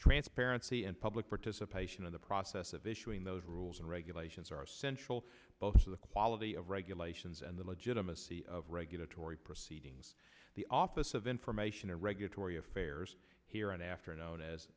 transparency and public participation in the process of issuing those rules and regulations are essential both of the quality of regulations and the legitimacy of regulatory proceedings the office of information and regulatory affairs here and after known as